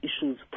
issues